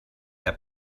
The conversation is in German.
der